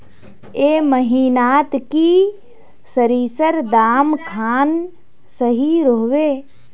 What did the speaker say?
ए महीनात की सरिसर दाम खान सही रोहवे?